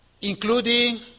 Including